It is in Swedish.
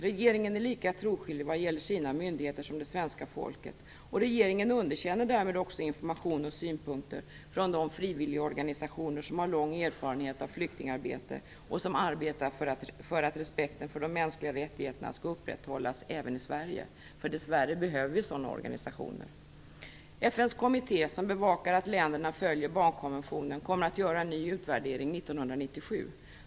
Regeringen är lika troskyldig vad gäller sina myndigheter som det svenska folket, och regeringen underkänner därmed också information och synpunkter från de frivilligorganisationer som har lång erfarenhet av flyktingarbete och som arbetar för att respekten för de mänskliga rättigheterna skall upprätthållas även i Sverige. För dess värre behöver vi sådana organisationer. FN:s kommitté som bevakar att länderna följer barnkonventionen kommer att göra en ny utvärdering 1997.